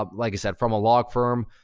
um like i said, from a law firm.